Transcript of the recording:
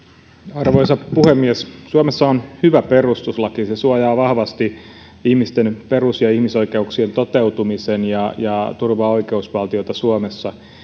arvoisa puhemies suomessa on hyvä perustuslaki se suojaa vahvasti ihmisten perus ja ihmisoikeuksien toteutumisen ja ja turvaa oikeusvaltiota suomessa